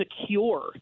secure